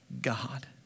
God